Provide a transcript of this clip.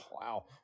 Wow